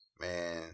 Man